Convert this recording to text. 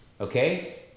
okay